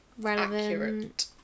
relevant